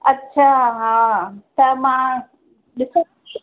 अच्छा हा त मां ॾिसां थी